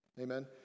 Amen